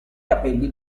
capelli